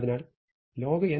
അതിനാൽ ഇത് log n 1 ആകും